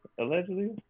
allegedly